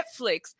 Netflix